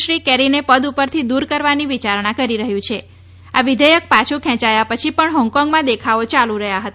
શ્રી કેરીને પદ પરથી દૂર કરવાની વિચારણા કરી રહ્યું છે આ વિઘેચક પાછું ખેંચાયા પછી પણ હોંગકોંગમાં દેખાવો યાલુ રહ્યા હતા